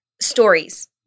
Stories